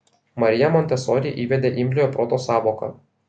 marija montesori įvedė imliojo proto sąvoką